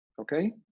Okay